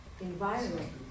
environment